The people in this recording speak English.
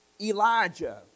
Elijah